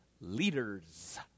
leaders